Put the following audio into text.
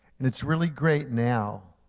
and it's really great now,